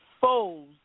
foes